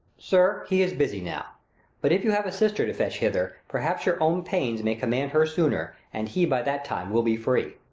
sir, he is busy now but if you have a sister to fetch hither, perhaps your own pains may command her sooner and he by that time will be free.